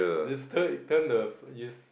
you just te~ tell him the